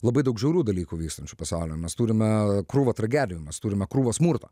labai daug žiaurių dalykų vykstančių pasaulyje nes turime krūvą tragedijų mes turime krūvą smurto